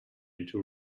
into